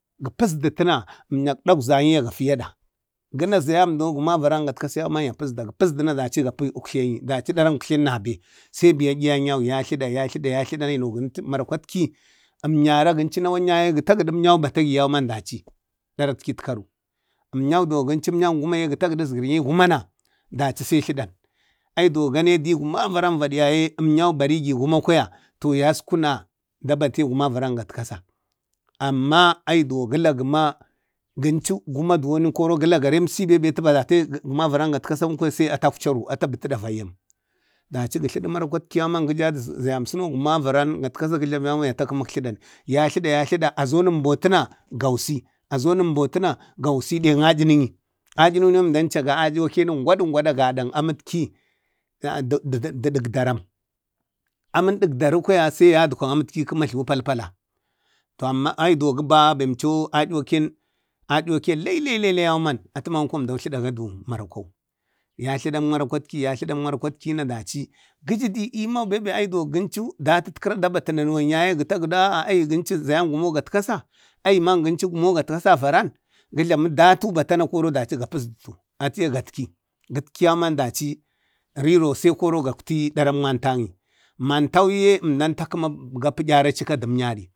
Gə pasdətə na əmnyak ɗakzayi a gafi yaɗa. gana zayam do guma avaran gatkasa yauman ya pəzda. Dachi ukjlanyi na be sai biyan dayəŋ yau ya tlada ya tlada, mara kwatki əmnyara gincu nawan yaye, gə tagədu əmyau batagi yauman dachi, daratki ətkaru. Ʒmnyau duwo gənchu əmnyan gumaye, gə tagədu azgaryi guma naa, daci sai tladan, ayi duwan ganidu gumavarau vada yaye əmnyau barigi guma na to yaskuna da bate gumavaran gatkasa, amma aiduwan gəlagəma gunchu guma duwon kori gəlaggu duremsi bembe atu batatam guma varau gatkasau, sai atu akwcharu ata butu davayyam, datci ga tlaɗu marakwati yauman ke jadu zayyan suno gumavaru gatkasa ya takemun tladan ya tlada ya tlada azanon ambotina gausi azan embotuna gausi dang adinny, adiny emdan caga adinny engwadingwada gadang amitki də dudikdaram amin dikdaru kwaya yat gwang amit ki kuma palpala to amma ai do guba aa bemco ayuwaken lallallayau man atu mankwo emdau tladagadu marakwa. Ya tladak marakwatki ya tladak marakwatki na daci gi jidu eema babe gincu datut kira da bati nanawan yaye ga takda kincu aae zayan gumo gatkasasai, ayma gincu gumo gatkasa avaran gi jlamu datau batu na daci ga pasdi ati ye gatki. Riro sai gakti yauman daci darək mantanny mantan wu yee emdan takuma padiri dum yari.